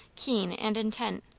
keen and intent,